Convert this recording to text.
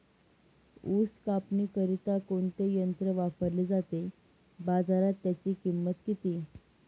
ऊस कापणीकरिता कोणते यंत्र वापरले जाते? बाजारात त्याची किंमत किती?